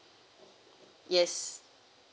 yes